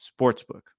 Sportsbook